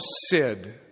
Sid